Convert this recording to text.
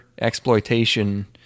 exploitation